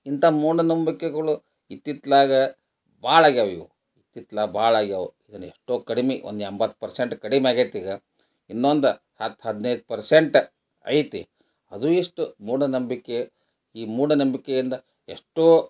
ಇಂಥ ಮೂಢನಂಬಿಕೆಗಳು ಇತ್ತಿತ್ಲಾಗಿ ಭಾಳ ಆಗ್ಯಾವೆ ಇವು ಇತ್ತಿತ್ಲಾಗಿ ಭಾಳ ಆಗ್ಯಾವೆ ಇದನ್ನು ಎಷ್ಟೋ ಕಡಿಮೆ ಒಂದು ಎಂಬತ್ತು ಪರ್ಸೆಂಟ್ ಕಡಿಮೆ ಆಗೈತೆ ಈಗ ಇನ್ನೊಂದು ಹತ್ತು ಹದಿನೈದು ಪರ್ಸೆಂಟ್ ಐತಿ ಅದು ಇಷ್ಟು ಮೂಢನಂಬಿಕೆ ಈ ಮೂಢನಂಬಿಕೆಯಿಂದ ಎಷ್ಟೋ